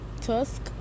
tusk